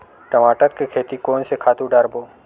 टमाटर के खेती कोन से खातु डारबो?